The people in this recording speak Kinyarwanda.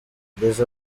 ngeze